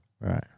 Right